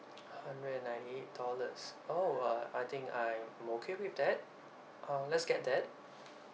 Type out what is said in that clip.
hundred and ninety eight dollars oh uh I think I'm okay with that uh let's get that